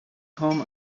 come